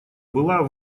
была